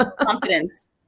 Confidence